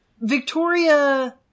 Victoria